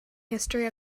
history